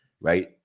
right